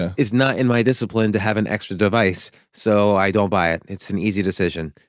ah it's not in my discipline to have an extra device. so, i don't buy it. it's an easy decision.